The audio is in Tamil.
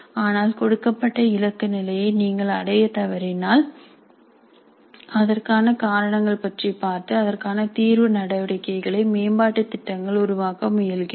ஆனால் கொடுக்கப்பட்ட இலக்கு நிலையை நீங்கள் அடைய தவறினால் அதற்கான காரணங்கள் பற்றி பார்த்து அதற்கான தீர்வு நடவடிக்கைகளை மேம்பாட்டு திட்டங்கள் உருவாக்க முயல்கிறோம்